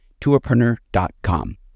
tourpreneur.com